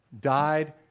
died